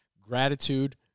Gratitude